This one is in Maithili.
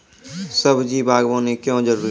सब्जी बागवानी क्यो जरूरी?